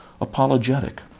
apologetic